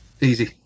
Easy